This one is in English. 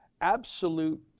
absolute